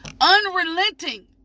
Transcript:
Unrelenting